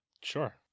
Sure